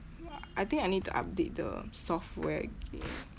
I think I need to update the software again